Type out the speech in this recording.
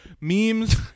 memes